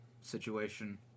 situation